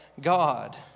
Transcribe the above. God